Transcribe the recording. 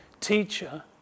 Teacher